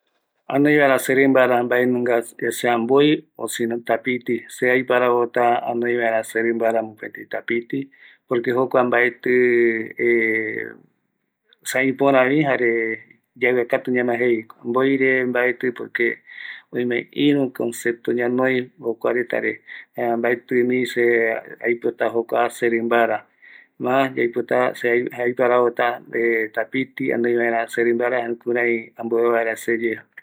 Anoi vaera serimbara mbaenunga ya sea mboi o si no tapiti, se aiparavota anoi vaera serimbara möpëtï tapiti, por que jokua mbaetï, esa ïpörävi jare yavïakatu ñamae jeevi, mboire mbaetï por que, oime ïru consepto ñanoi jokuaretare, jaema mbaetïmi aipota jokua serïmbara, ma se aiparavota tapiti anoivaera serïmbara, jare jukurai ambovïa vaera seye.